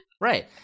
Right